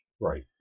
right